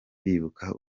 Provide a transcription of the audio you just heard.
bibuka